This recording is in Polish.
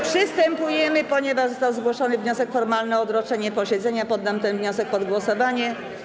Ponieważ został zgłoszony wniosek formalny o odroczenie posiedzenia, poddam ten wniosek pod głosowanie.